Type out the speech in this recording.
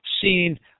seen